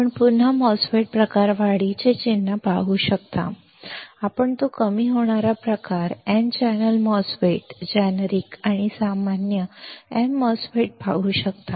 आपण पुन्हा MOSFET प्रकार वाढीचे चिन्ह पाहू शकता आपण तो कमी होणारा प्रकार एन चॅनेल MOSFET जेनेरिक आणि सामान्य m MOSFET पाहू शकता